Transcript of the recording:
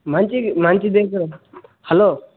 మంచిది మంచిది తీసుకురా హలో